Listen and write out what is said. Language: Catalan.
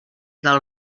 del